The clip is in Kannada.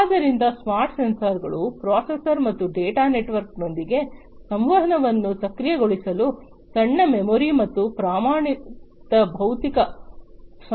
ಆದ್ದರಿಂದ ಸ್ಮಾರ್ಟ್ ಸೆನ್ಸಾರ್ಗಳು ಪ್ರೊಸೆಸರ್ ಮತ್ತು ಡೇಟಾ ನೆಟ್ವರ್ಕ್ನೊಂದಿಗೆ ಸಂವಹನವನ್ನು ಸಕ್ರಿಯಗೊಳಿಸಲು ಸಣ್ಣ ಮೆಮೊರಿ ಮತ್ತು ಪ್ರಮಾಣಿತ ಭೌತಿಕ ಸಂಪರ್ಕವನ್ನು ಹೊಂದಿವೆ